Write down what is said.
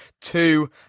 two